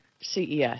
CES